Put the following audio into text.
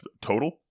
total